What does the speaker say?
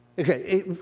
Okay